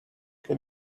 can